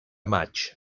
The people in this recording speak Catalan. maig